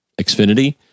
Xfinity